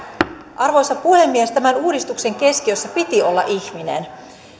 arvoisa puhemies tämän uudistuksen keskiössä piti olla ihminen